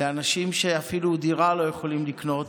לאנשים שאפילו דירה לא יכולים לקנות,